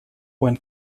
when